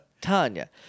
Tanya